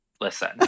Listen